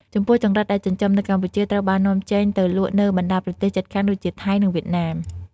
ចំពោះចង្រិតដែលចិញ្ចឹមនៅកម្ពុជាត្រូវបាននាំចេញទៅលក់នៅបណ្តាប្រទេសជិតខាងដូចជា ថៃ និងវៀតណាម។